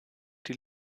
die